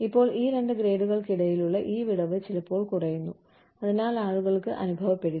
ഇപ്പോൾ ഈ രണ്ട് ഗ്രേഡുകൾക്കിടയിലുള്ള ഈ വിടവ് ചിലപ്പോൾ കുറയുന്നു അതിനാൽ ആളുകൾക്ക് അനുഭവപ്പെടില്ല